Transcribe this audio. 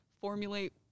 formulate